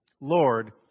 Lord